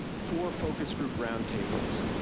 four focus group roundtables.